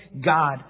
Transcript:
God